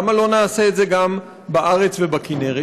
למה לא נעשה את זה גם בארץ ובכינרת?